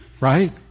right